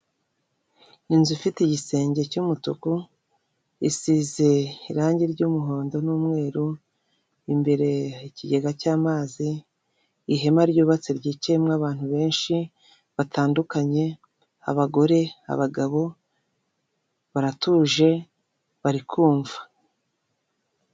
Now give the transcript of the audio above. Inzu ifite igisenge cy'umutuku isize irange ry'umuhondo n'umweru, imbere hari ikigega cy'amazi, ihema ryubatse ryicayemo abantu benshi batandukanye, abagore abagabo, baratuje bari kumva.